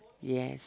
yes